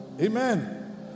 Amen